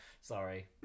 Sorry